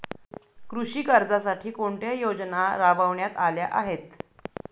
कृषी कर्जासाठी कोणत्या योजना राबविण्यात आल्या आहेत?